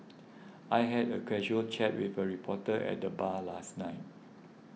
I had a casual chat with a reporter at the bar last night